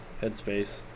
headspace